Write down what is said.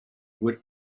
would